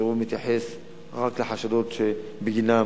הסירוב מתייחס רק לחשדות שבגינם